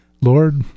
Lord